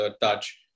touch